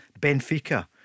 Benfica